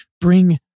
bring